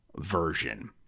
version